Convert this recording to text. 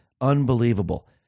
Unbelievable